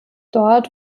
dort